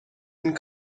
and